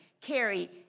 carry